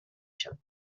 شویم